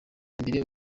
imbere